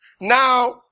Now